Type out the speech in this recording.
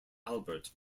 albert